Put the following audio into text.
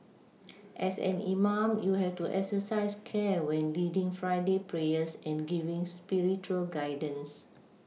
as an imam you have to exercise care when leading Friday prayers and giving spiritual guidance